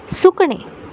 सुकणें